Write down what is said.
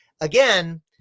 again